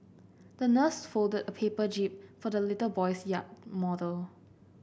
the nurse folded a paper jib for the little boy's yacht model